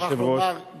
אני מוכרח לומר,